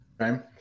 Okay